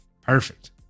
perfect